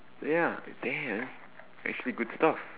so ya damn it's actually good stuff